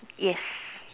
yes